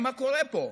מה קורה פה,